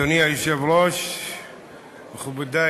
את ההצבעה, אבל חברת הכנסת יפעת קריב תומכת בחוק.